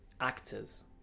actors